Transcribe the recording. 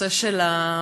הנושא של המעונות